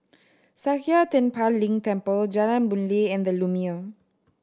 Sakya Tenphel Ling Temple Jalan Boon Lay and The Lumiere